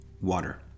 water